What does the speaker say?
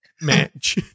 match